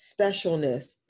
specialness